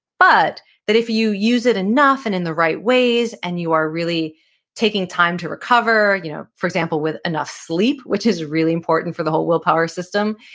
but that if you use it enough and in the right ways and you are really taking time to recover, you know for example, with enough sleep which is really important for the whole willpower system,